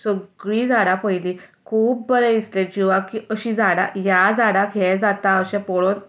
सगळीं झाडां पळयलीं खूब बरें दिसलें जिवाक की अशीं झाडां ह्या झाडाक हें जाता अशें पळोवन